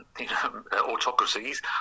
autocracies